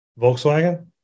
Volkswagen